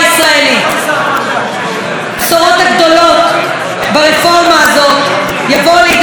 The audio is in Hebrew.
הבשורות הגדולות ברפורמה הזאת יבואו לידי ביטוי על המסכים שלנו.